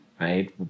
right